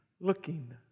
looking